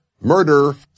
murder